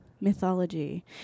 mythology